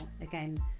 again